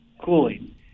cooling